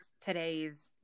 today's